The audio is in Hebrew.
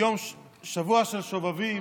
שבוע של שובבי"ם.